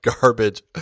garbage